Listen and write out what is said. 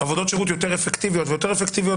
עבודות שירות יותר אפקטיביות - ויותר אפקטיביות,